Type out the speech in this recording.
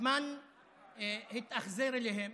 הזמן התאכזר אליהם,